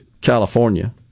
California